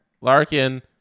Larkin